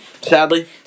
sadly